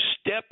step